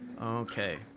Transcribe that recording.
okay